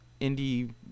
indie